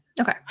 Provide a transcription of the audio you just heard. Okay